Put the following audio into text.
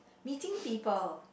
meeting people